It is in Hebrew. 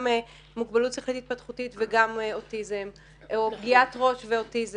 גם מוגבלות שכלית התפתחותית וגם אוטיזם או פגיעת ראש ואוטיזם.